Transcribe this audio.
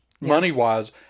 money-wise